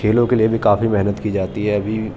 کھیلوں کے لیے بھی کافی محنت کی جاتی ہے ابھی